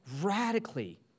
radically